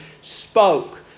spoke